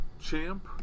champ